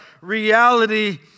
reality